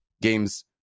games